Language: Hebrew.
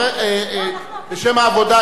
בשם העבודה,